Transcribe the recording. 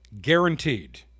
guaranteed